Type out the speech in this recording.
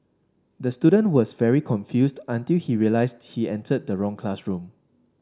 the student was very confused until he realised he entered the wrong classroom